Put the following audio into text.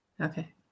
Okay